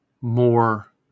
more